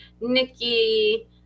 Nikki